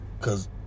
Cause